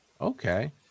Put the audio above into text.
Okay